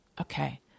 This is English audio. Okay